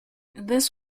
this